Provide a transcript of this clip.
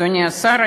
אדוני השר,